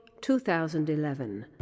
2011